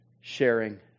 sharing